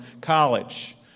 college